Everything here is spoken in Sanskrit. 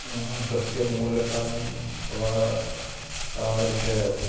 सस्यमूलकानि अथवा तादृशं